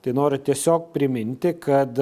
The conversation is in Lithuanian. tai nori tiesiog priminti kad